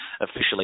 officially